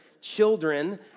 children